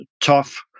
tough